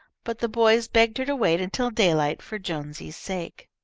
but the boys begged her to wait until daylight for jonesy's sake.